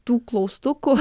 tų klaustukų